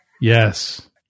Yes